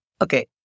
Okay